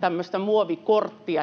tämmöistä muovikorttia,